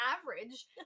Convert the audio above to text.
average